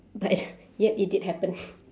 but yet it did happen